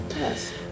Yes